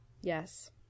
Yes